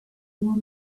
were